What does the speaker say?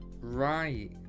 Right